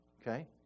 Okay